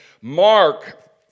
Mark